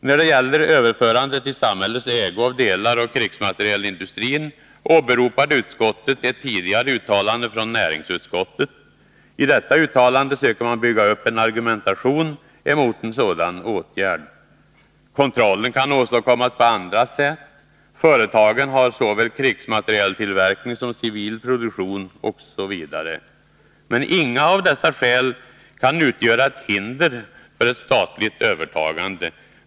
När det gäller överförande i samhällets ägo av delar av krigsmaterielindustrin åberopar utskottet ett tidigare uttalande från näringsutskottet. I detta uttalande söker man bygga upp en argumentation emot en sådan åtgärd. Kontrollen kan åstadkommas på andra sätt. Företagen har såväl krigsmaterieltillverkning som civil produktion osv. Inga av dessa skäl kan utgöra ett hinder för ett statligt övertagande.